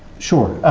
sure,